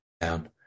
down